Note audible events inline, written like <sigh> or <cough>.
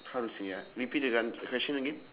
how to say ah repeat the <noise> question again